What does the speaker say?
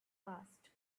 passed